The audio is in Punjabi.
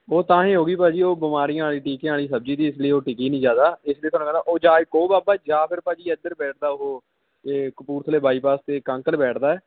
ਉਹ ਤਾਂ ਹੀ ਹੋ ਗਈ ਭਾਅ ਜੀ ਉਹ ਬਿਮਾਰੀਆਂ ਵਾਲੀ ਟੀਕਿਆਂ ਵਾਲੀ ਸਬਜ਼ੀ ਸੀ ਇਸ ਲਈ ਉਹ ਟਿਕੀ ਨਹੀਂ ਜ਼ਿਆਦਾ ਇਸ ਲਈ ਤੁਹਾਨੂੰ ਕਹਿੰਦਾ ਉਹ ਜਾਂ ਇੱਕ ਉਹ ਬਾਬਾ ਜਾਂ ਫਿਰ ਭਾਅ ਜੀ ਇੱਧਰ ਬੈਠਦਾ ਉਹ ਏ ਕਪੂਰਥਲੇ ਬਾਈਪਾਸ 'ਤੇ ਇੱਕ ਅੰਕਲ ਬੈਠਦਾ